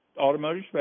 Automotive